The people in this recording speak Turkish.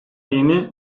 yeni